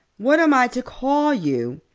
what am i to call you?